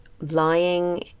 lying